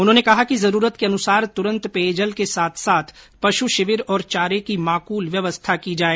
उन्होंने कहा कि जरूरत के अनुसार तुरंत पेयजल के साथ साथ पशु शिविर और चारे की माकूल व्यवस्था की जाए